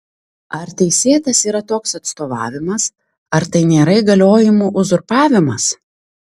ar teisėtas yra toks atstovavimas ar tai nėra įgaliojimų uzurpavimas